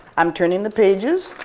i'm turning the pages.